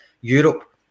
Europe